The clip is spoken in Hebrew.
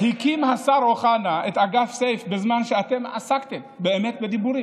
הקים השר אוחנה את אגף סיף בזמן שאתם עסקתם באמת בדיבורים,